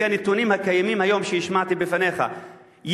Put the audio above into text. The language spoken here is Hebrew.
לפי הנתונים הקיימים היום שהשמעתי בפניך,